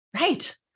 Right